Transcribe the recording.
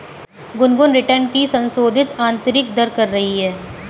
Gungun return की संशोधित आंतरिक दर कर रही है